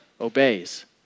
obeys